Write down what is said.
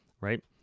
right